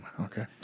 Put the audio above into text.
Okay